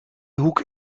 hoek